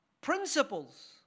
principles